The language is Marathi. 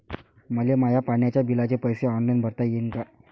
मले माया पाण्याच्या बिलाचे पैसे ऑनलाईन भरता येईन का?